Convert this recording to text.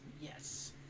Yes